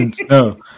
no